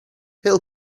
it’ll